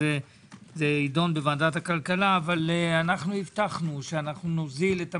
זה יידון בוועדת הכלכלה אבל הבטחנו שנוזיל את המחירים.